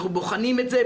אנחנו בוחנים את זה,